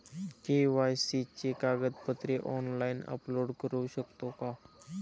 KYC ची कागदपत्रे online upload करू शकतो का?